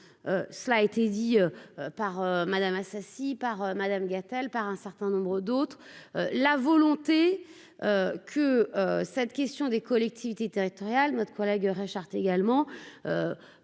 cela a été dit par Madame Assassi par Madame Gatel, par un certain nombre d'autres la volonté. Que cette question des collectivités territoriales, notre collègue Richard également